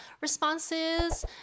responses